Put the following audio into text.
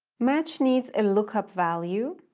match needs a lookup value.